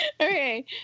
Okay